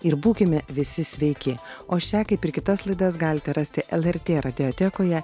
ir būkime visi sveiki o šią kaip ir kitas laidas galite rasti lrt radiotekoje